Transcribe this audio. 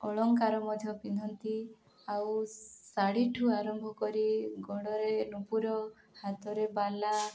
ଅଳଙ୍କାର ମଧ୍ୟ ପିନ୍ଧନ୍ତି ଆଉ ଶାଢ଼ୀଠୁ ଆରମ୍ଭ କରି ଗୋଡ଼ରେ ନୂପୁର ହାତରେ ବାଲା